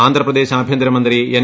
ആന്ധ്രാപ്രദേശ് ആഭ്യന്തരമന്ത്രി എൻ